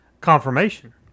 confirmation